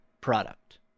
product